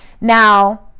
Now